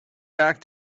back